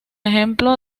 ejemplo